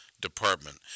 department